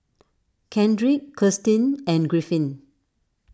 Kendrick Kirstin and Griffin